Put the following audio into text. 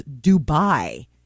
Dubai